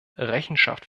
rechenschaft